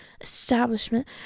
establishment